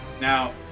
Now